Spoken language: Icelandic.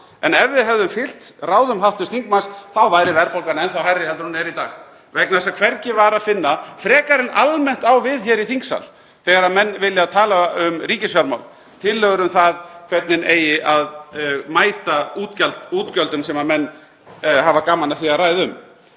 En ef við hefðum fylgt ráðum hv. þingmanns væri verðbólgan enn þá hærri en hún er í dag vegna þess að hvergi var að finna, frekar en almennt á við hér í þingsal þegar menn vilja tala um ríkisfjármál, tillögur um það hvernig eigi að mæta útgjöldum sem menn hafa gaman af því að ræða um.